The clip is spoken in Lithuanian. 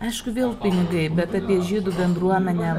aišku vėl pinigai bet apie žydų bendruomenę